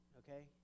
okay